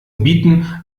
bieten